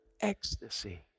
ecstasy